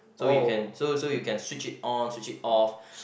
so you can so so you can switch it on switch it off